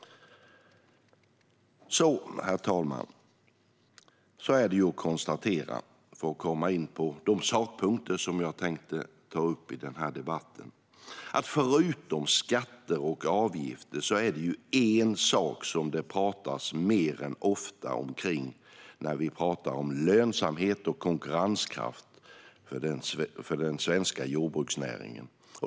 Herr talman! När det gäller de sakfrågor som jag har tänkt ta upp i debatten kan jag konstatera att förutom skatter och avgifter är det en sak som det pratas mer än ofta om när vi pratar om lönsamhet och konkurrenskraft för den svenska jordbruksnäringen.